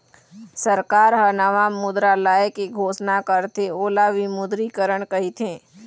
सरकार ह नवा मुद्रा लाए के घोसना करथे ओला विमुद्रीकरन कहिथें